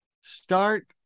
start